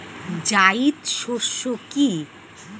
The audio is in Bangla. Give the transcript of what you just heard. জায়িদ শস্য কি?